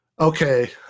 okay